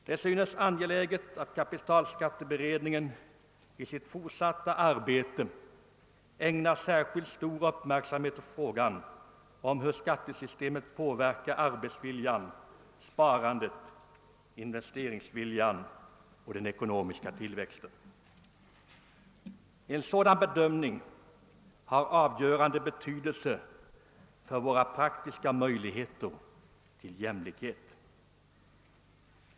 Det synes angeläget att kapitalskatteberedningen i sitt fortsatta arbete ägnar särskilt stor uppmärksamhet åt frågan om hur skattesystemet påverkar arbetsviljan, sparandet, investeringsviljan och den ekonomiska tillväxten. En sådan bedömning har avgörande betydelse för våra praktiska möjligheter till jämlikhet.